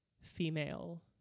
female